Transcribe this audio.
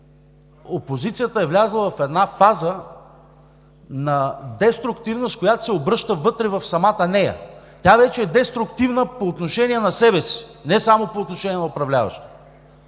опозицията е влязла в една фаза на деструктивност, която се обръща вътре в самата нея – тя вече е деструктивна по отношение на себе си, не само по отношение на управляващите,